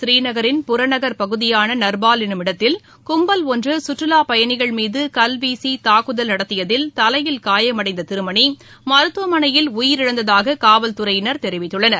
ஸ்ரீநகின் புறநகள் பகுதியான நா்பால் எனும் இடத்தில் கும்பல் ஒன்று கற்றுலா பயணிகள் மீது கல்வீசி தாக்குதல் நடத்தியதில் தலையில் காயமடைந்த திருமணி மருத்துவமளையில் உயிரிழந்ததாக காவல்துறையினா தெரிவித்குள்ளனர்